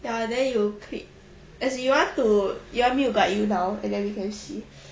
ya then you click as in you want to you want me to guide you now and then we can see